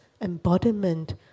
embodiment